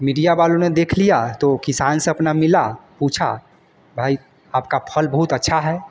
media वालों ने देख लिया तो किसान से अपना मिला पूछा भाई आपका फल बहुत अच्छा है